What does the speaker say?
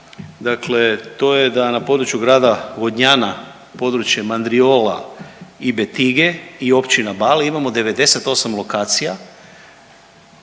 dakle to je da na području grada Vodnjana područje Mandriola i Betige i općina Bale imamo 98 lokacija.